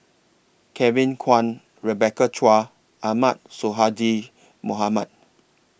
Kevin Kwan Rebecca Chua Ahmad Sonhadji Mohamad